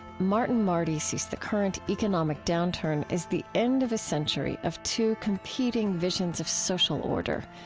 martin marty sees the current economic downturn as the end of a century of two competing visions of social order,